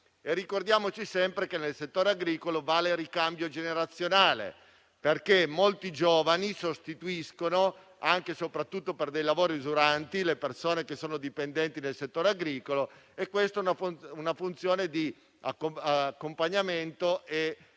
Ricordiamoci sempre che nel settore agricolo vale il ricambio generazionale, perché molti giovani sostituiscono, anche e soprattutto per i lavori usuranti, i lavoratori dipendenti del settore agricolo. E questa è una funzione di accompagnamento e soprattutto